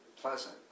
pleasant